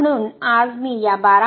म्हणून आज मी या 12